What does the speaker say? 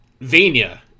vania